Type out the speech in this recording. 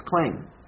claim